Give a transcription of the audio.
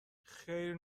خیر